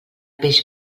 peix